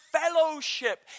fellowship